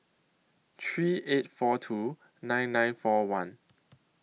three eight four two nine nine four one